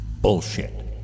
bullshit